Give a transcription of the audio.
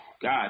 God